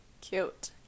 cute